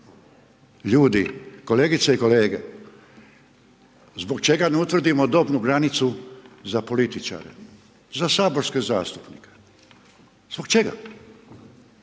Ljudi, kolegice i kolege, zbog čega ne utvrdimo dobnu granicu za političare? Za saborske zastupnike? Zbog čega?